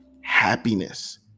Happiness